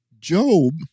Job